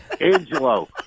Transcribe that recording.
Angelo